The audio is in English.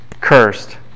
cursed